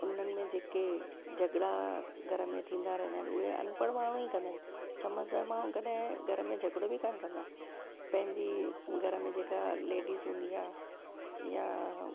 उन्हनि में जेके झगड़ा घर में थींदा रहंदा आहिनि उहे अनपढ़ माण्हू ई कंदा आहिनि सम्झदार माण्हू कॾहिं घर में झगिड़ो बि कोन कंदो आहे पंहिंजी घर में जेका लेडीस हूंदी आहे या